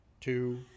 Two